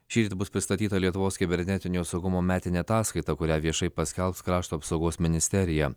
šįryt bus pristatyta lietuvos kibernetinio saugumo metinė ataskaita kurią viešai paskelbs krašto apsaugos ministerija